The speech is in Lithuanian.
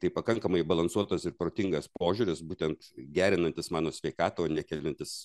tai pakankamai balansuotas ir protingas požiūris būtent gerinantis mano sveikatą o ne keliantis